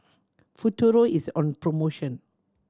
Futuro is on promotion